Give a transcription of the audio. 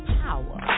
power